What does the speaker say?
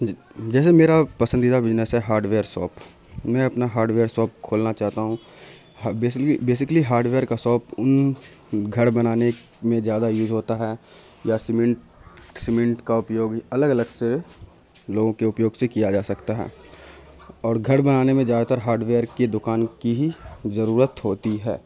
جیسے میرا پسندیدہ بزنس ہے ہاڈویئر شاپ میں اپنا ہاڈویئر شاپ کھولنا چاہتا ہوں بیسیکلی ہاڈویئر کا شاپ ان گھر بنانے میں زیادہ یوز ہوتا ہے یا سیمنٹ سیمنٹ کا اپیوگ الگ الگ سے لوگوں کے اپیوگ سے کیا جا سکتا ہیں اور گھر بنانے میں زیادہ تر ہاڈویئر کی دوکان کی ہی ضرورت ہوتی ہے